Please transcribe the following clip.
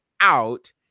out